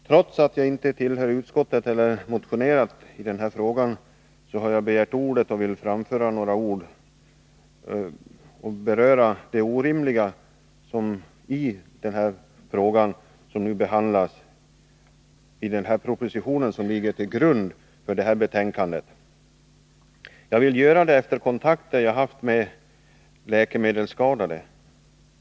Herr talman! Trots att jag inte tillhör utskottet eller har motionerat i frågan har jag begärt ordet för att något beröra det orimliga i förslaget i den proposition som ligger till grund för betänkandet. Jag vill göra det efter kontakter som jag har haft med läkemedelsskadade.